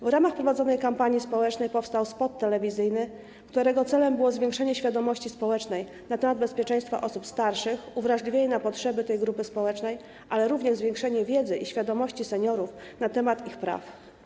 W ramach prowadzonej kampanii społecznej powstał spot telewizyjny, którego celem było zwiększenie świadomości społecznej na temat bezpieczeństwa osób starszych, uwrażliwienie na potrzeby tej grupy społecznej, ale również zwiększenie wiedzy i świadomości seniorów na temat ich praw.